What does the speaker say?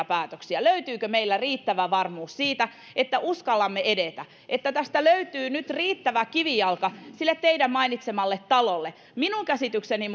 päätöksiä löytyykö meiltä riittävä varmuus siitä että uskallamme edetä ja että tästä löytyy nyt riittävä kivijalka sille teidän mainitsemallenne talolle minun käsitykseni